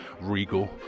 regal